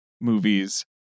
movies